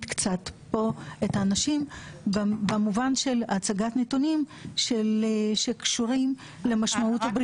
קצת את האנשים במובן של הצגת נתונים שקשורים למשמעות הבריאותית.